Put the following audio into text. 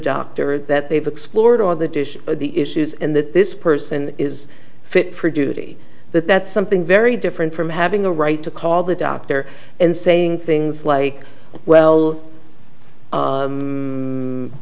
doctor that they've explored all the dish the issues and that this person is fit for duty that that's something very different from having the right to call the doctor and saying things like well